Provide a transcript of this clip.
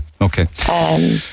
okay